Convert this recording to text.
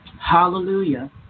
Hallelujah